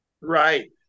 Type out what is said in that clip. Right